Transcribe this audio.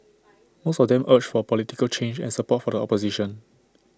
most of them urged for political change and support for the opposition